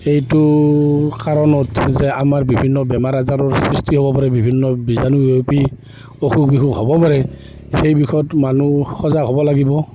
এইটো কাৰণত যে আমাৰ বিভিন্ন বেমাৰ আজাৰৰ সৃষ্টি হ'ব পাৰে বিভিন্ন বীজাণু বিয়পি অসুখ বিসুখ হ'ব পাৰে সেই বিষয়ত মানুহ সজাগ হ'ব লাগিব